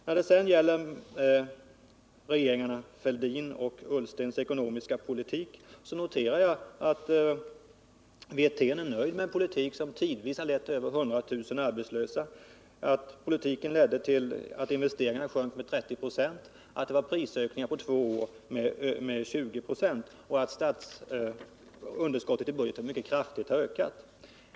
När det sedan gäller frågan om regeringarna Fälldins och Ullstens ekonomiska politik noterar jag att Rolf Wirtén är nöjd med en politik som tidvis har lett till att vi haft över 100 000 arbetslösa, som lett till att investeringarna sjunkit med 30 96 , att vi på två år fått prishöjningar med 20 96 och att underskottet i budgeten mycket kraftigt har ökat.